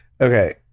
Okay